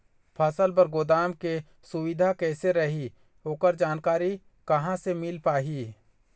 फसल बर गोदाम के सुविधा कैसे रही ओकर जानकारी कहा से मिल पाही?